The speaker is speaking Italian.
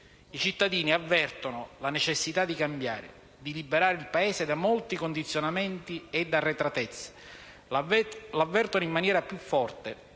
I cittadini avvertono la necessità di cambiare, di liberare il Paese da molti condizionamenti ed arretratezze, l'avvertono in maniera più forte